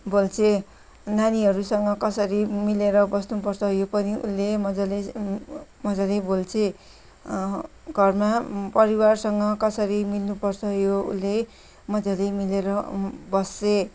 बोल्छे नानीहरूसँग कसरी मिलेर बस्नुपर्छ यो पनि उसले मजाले बोल्छे घरमा परिवारसँग कसरी मिल्नुपर्छ यो उसले मजाले मिलेर बस्छे